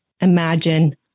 imagine